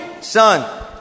son